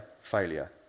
failure